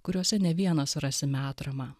kuriose ne vienas rasime atramą